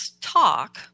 talk